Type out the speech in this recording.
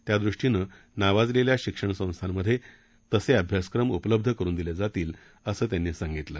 त्यादृष्टीनं नावाजलेल्या शिक्षण संस्थांमधे तसे अभ्यासक्रम उपलब्ध करुन दिले जातील असं त्यांनी सांगितलं